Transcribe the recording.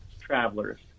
travelers